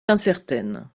incertaine